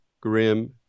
grim